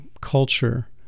culture